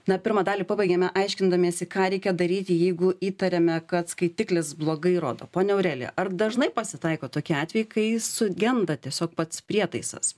na pirmą dalį pabaigėme aiškindamiesi ką reikia daryti jeigu įtariame kad skaitiklis blogai rodo ponia aurelija ar dažnai pasitaiko tokie atvejai kai sugenda tiesiog pats prietaisas